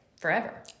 forever